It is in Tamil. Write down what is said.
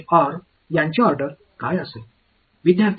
q மற்றும் r அவர்களின் வரிசை என்னவாக இருக்கும்